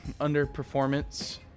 underperformance